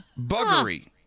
Buggery